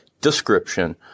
description